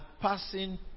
passing